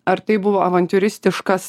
ar tai buvo avantiūristiškas